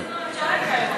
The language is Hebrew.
נכנסים לממשלה,